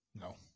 No